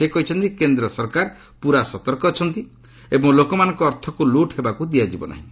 ସେ କହିଛନ୍ତି କେନ୍ଦ୍ର ସରକାର ପୁରା ସତର୍କ ଅଛନ୍ତି ଏବଂ ଲୋକମାନଙ୍କ ଅର୍ଥକୁ ଲୁଟ୍ ହେବାକୁ ଦିଆଯିବ ନାହିଁ